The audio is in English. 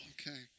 Okay